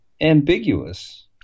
ambiguous